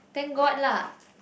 thank god lah